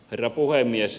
herra puhemies